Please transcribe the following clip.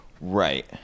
right